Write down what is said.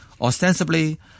Ostensibly